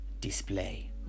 display